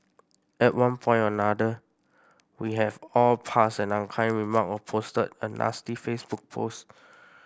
at one point or another we have all passed an unkind remark or posted a nasty Facebook post